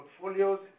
portfolios